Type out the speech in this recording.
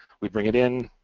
we bring it in,